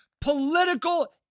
political